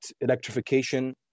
electrification